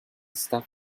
stuff